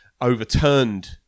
overturned